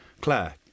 Claire